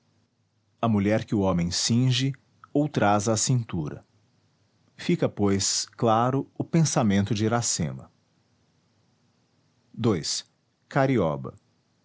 mulher que o homem cinge ou traz à cintura fica pois claro o pensamento de iracema ii carioba